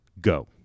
Go